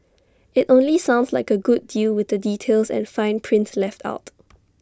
IT only sounds like A good deal with the details and fine print left out